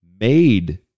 made